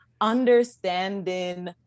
understanding